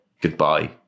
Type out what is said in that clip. goodbye